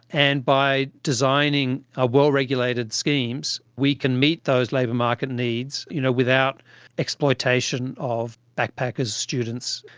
and by designing ah well-regulated schemes we can meet those labour market needs you know without exploitation of backpackers, students,